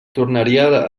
tornaria